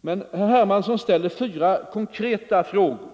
men herr Hermansson ställer fyra konkreta frågor.